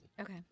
Okay